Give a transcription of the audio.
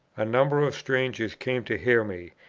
a number of strangers came to hear me,